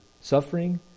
suffering